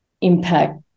impact